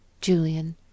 Julian